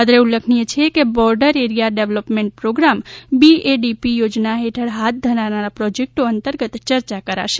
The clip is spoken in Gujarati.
અત્રે ઉલ્લખનીય છે કે border area development programme BADP યોજના હેઠળ હાથ ધરાનાર પ્રોજેકટો અતંર્ગત ચર્ચા કરાશે